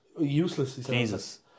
Jesus